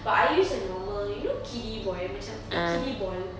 but I use a normal you know kiddy ball macam eh kiddy ball